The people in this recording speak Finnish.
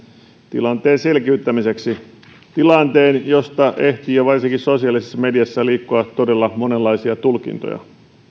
tilanteen selkiyttämiseksi tilanteen josta ehti jo varsinkin sosiaalisessa mediassa liikkua todella monenlaisia tulkintoja